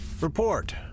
Report